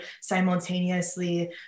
simultaneously